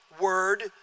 word